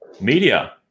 media